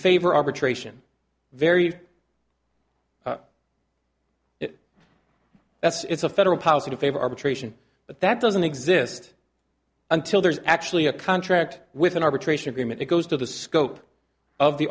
favor arbitration very that's it's a federal policy to favor arbitration but that doesn't exist until there's actually a contract with an arbitration agreement it goes to the scope of the